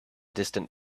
distant